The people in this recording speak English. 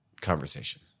conversation